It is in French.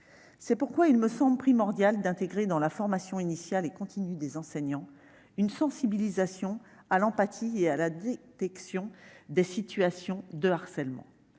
C'est pourquoi il me paraît primordial d'intégrer dans la formation initiale et continue des enseignants une sensibilisation à l'empathie et à la détection des situations de harcèlement.